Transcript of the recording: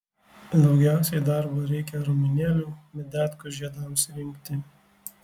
daugiausiai darbo reikia ramunėlių medetkų žiedams rinkti